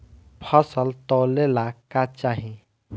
फसल तौले ला का चाही?